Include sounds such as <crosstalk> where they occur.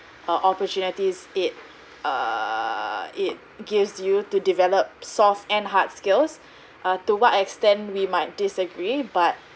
uh opportunities it err it gives you to develop soft and hard skills <breath> uh to what extent we might disagree but